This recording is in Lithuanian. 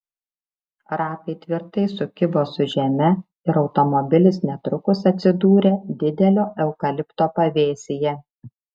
ratai tvirtai sukibo su žeme ir automobilis netrukus atsidūrė didelio eukalipto pavėsyje